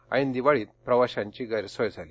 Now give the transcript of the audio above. ऐन दिवाळीत प्रवाशांची गैरसोय झाली